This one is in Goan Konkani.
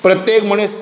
प्रत्येक मनीस